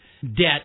debt